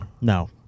No